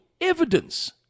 evidence